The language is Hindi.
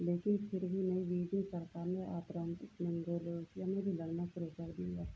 लेकिन फिर भी नई बीजिंग सरकार ने आतरांकिक मंगोलोसिया में भी लड़ना शुरू कर दिया